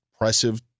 impressive